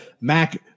Mac